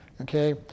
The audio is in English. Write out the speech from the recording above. Okay